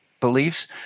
beliefs